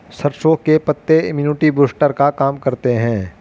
सरसों के पत्ते इम्युनिटी बूस्टर का काम करते है